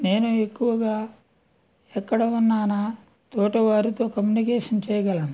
నేను ఎక్కువగా ఎక్కడ ఉన్నానా తోటి వారితో కమ్యూనికేషన్ చేయగలను